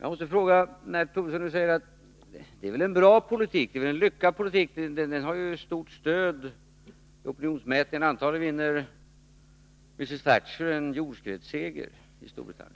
Lars Tobisson påstår att de för en lyckad politik, som har stort stöd i opinionsmätningarna. Antagligen vinner mrs Thatcher en jordskredsseger i Storbritannien.